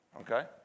okay